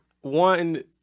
one